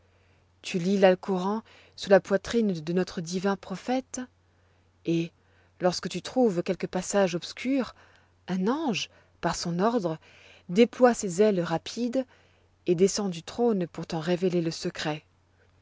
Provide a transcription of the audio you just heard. tu lis l'alcoran sur la poitrine de notre divin prophète et lorsque tu trouves quelque passage obscur un ange par son ordre déploie ses ailes rapides et descend du trône pour t'en révéler le secret